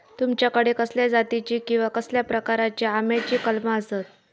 तुमच्याकडे कसल्या जातीची किवा कसल्या प्रकाराची आम्याची कलमा आसत?